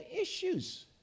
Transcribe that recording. issues